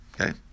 Okay